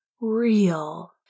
Real